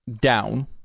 down